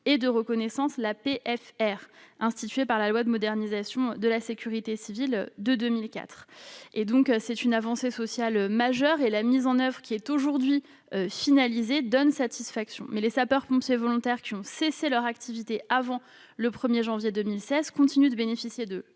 et de reconnaissance, la PFR, instituée par la loi de modernisation de la sécurité civile de 2004. Il s'est agi d'une avancée sociale majeure, dont la mise en oeuvre, aujourd'hui achevée, donne entièrement satisfaction. Les sapeurs-pompiers volontaires ayant cessé leur activité avant le 1 janvier 2016 continuent de bénéficier